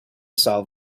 solve